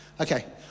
Okay